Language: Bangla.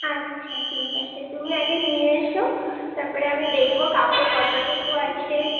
আচ্ছা ঠিক আছে তুমি আগে নিয়ে এসো তাপরে আমি দেখবো কাপড় কতটুকু আছে